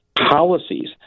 policies